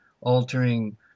altering